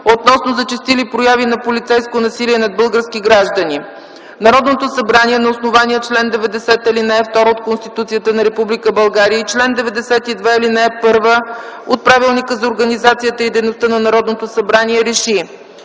относно зачестили прояви на полицейско насилие над български граждани Народното събрание на основание чл. 90, ал. 2 от Конституцията на Република България и чл. 92, ал. 1 от Правилника за организацията и дейността на Народното събрание РЕШИ: